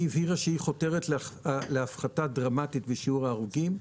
היא הבהירה שהיא חותרת להפחתה דרמטית בשיעור ההרוגים,